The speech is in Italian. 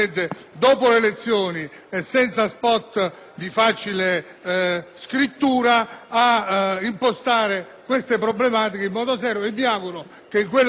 queste problematiche in modo serio e mi auguro che in quella sede l’opposizione ci dia anche una mano.